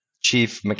chief